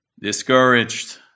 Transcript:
Discouraged